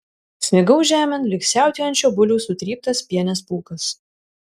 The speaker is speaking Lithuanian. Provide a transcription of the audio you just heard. smigau žemėn lyg siautėjančio buliaus sutryptas pienės pūkas